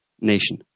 nation